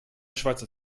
schweizer